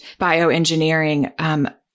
bioengineering